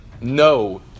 no